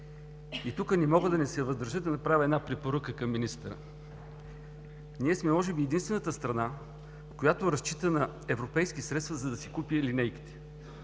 И тук не мога да се въздържа и да направя една препоръка към министъра. Ние сме може би единствената страна, която разчита на европейски средства, за да си купи линейките.